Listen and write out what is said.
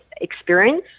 experience